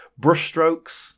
Brushstrokes